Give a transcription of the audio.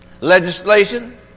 Legislation